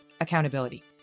accountability